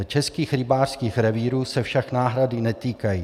Českých rybářských revírů se však náhrady netýkají.